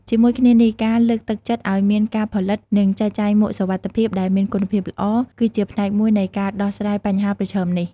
ជាមួយគ្នានេះ ការលើកទឹកចិត្តឱ្យមានការផលិត និងចែកចាយមួកសុវត្ថិភាពដែលមានគុណភាពល្អ គឺជាផ្នែកមួយនៃការដោះស្រាយបញ្ហាប្រឈមនេះ។